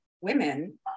women